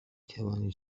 توانید